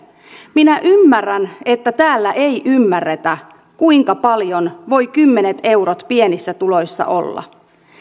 minä ymmärrän että täällä ei ymmärretä kuinka paljon voivat kymmenet eurot pienissä tuloissa olla